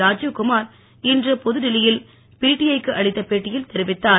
ராஜீவ்குமார் இன்று புதுடில்லியில் பிடிஐ க்கு அளித்த பேட்டியில் தெரிவித்தார்